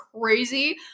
crazy